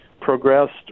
progressed